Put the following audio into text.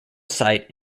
site